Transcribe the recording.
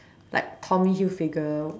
like Tommy Hilfiger